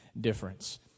difference